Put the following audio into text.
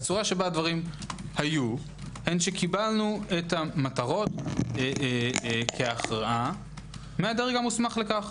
הצורה שבה הדברים היו היא שקיבלנו את המטרות כהכרעה מהדרג המוסמך לכך,